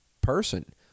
person